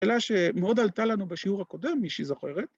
‫שאלה שמאוד עלתה לנו ‫בשיעור הקודם, מישהי זוכרת.